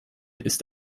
ist